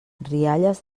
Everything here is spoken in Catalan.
rialles